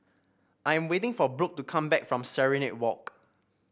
I am waiting for Brook to come back from Serenade Walk